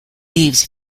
leaves